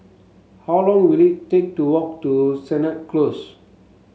how long will it take to walk to Sennett Close